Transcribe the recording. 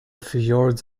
fjords